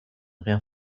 rien